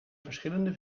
verschillende